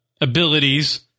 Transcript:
abilities